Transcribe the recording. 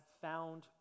found